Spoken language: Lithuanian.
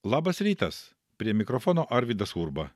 labas rytas prie mikrofono arvydas urba